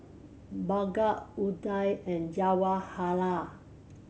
Bhagat Udai and Jawaharlal